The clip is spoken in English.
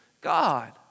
God